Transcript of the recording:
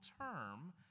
term